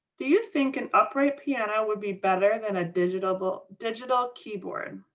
do you think an upright piano would be better than a digital digital keyboard?